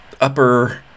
upper